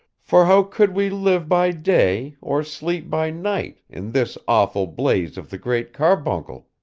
for how could we live by day, or sleep by night, in this awful blaze of the great carbuncle